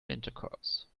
intercourse